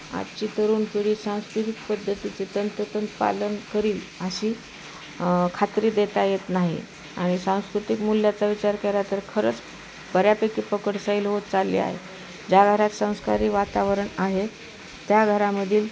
आजची तरुण पिढी सांस्कृतिक पद्धतीचे तंतोतंत पालन करील अशी खात्री देता येत नाही आणि सांस्कृतिक मूल्याचा विचार केला तर खरंच बऱ्यापैकी पकड सैल होत चालली आहे ज्या घरात संस्कारी वातावरण आहे त्या घरामधील